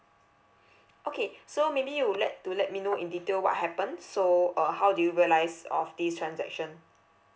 okay so maybe you'd like to let me know in detail what happen so uh how did you realise of this transaction